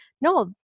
no